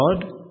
God